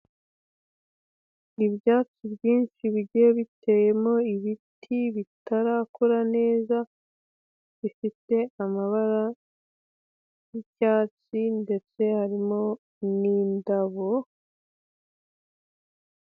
Ibyatsi byinshishi bigiye biteyemo ibiti bitarakora neza bifite amabara y'icyatsi ndetse harimo n'indabo.